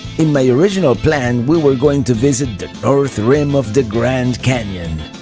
in my original plan we were going to visit the north rim of the grand canyon.